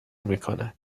میکند